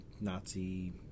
Nazi